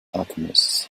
alchemists